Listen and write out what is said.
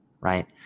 right